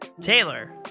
Taylor